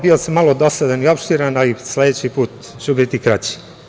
Bio sam malo dosadan i opširan, ali sledeći put ću biti kraći.